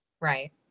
Right